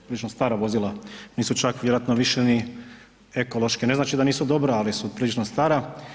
Prilično stara vozila, nisu čak vjerojatno više ni ekološki, ne znači da nisu dobra, ali su prilično stara.